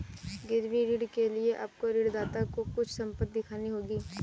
गिरवी ऋण के लिए आपको ऋणदाता को कुछ संपत्ति दिखानी होगी